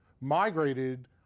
migrated